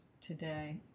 today